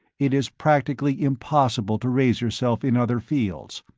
it is practically impossible to raise yourself in other fields.